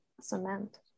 cement